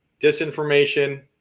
disinformation